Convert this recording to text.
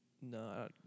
No